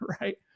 right